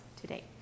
today